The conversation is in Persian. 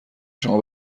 شما